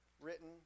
written